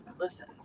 listen